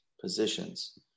positions